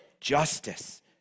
Justice